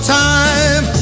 time